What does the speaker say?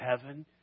Heaven